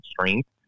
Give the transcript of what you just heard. strength